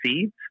seeds